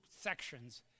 sections